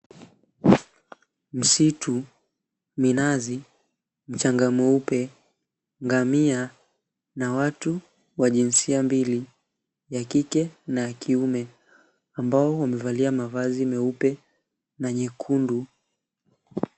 Msitu, minazi, mchanga mweupe, ngamia na watu wa jinsia mbili, ya kike na ya kiume, ambao wamevalia mavazi meupe na nyekundu.